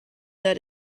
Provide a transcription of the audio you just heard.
that